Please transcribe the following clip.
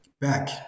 back